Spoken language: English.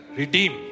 redeem